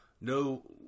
no